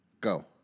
Go